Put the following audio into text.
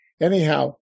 Anyhow